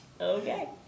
Okay